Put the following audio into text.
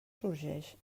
sorgeix